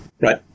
Right